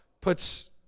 puts